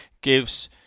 gives